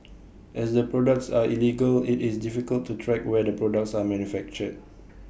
as the products are illegal IT is difficult to track where the products are manufactured